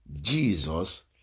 Jesus